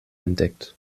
entdeckt